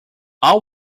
all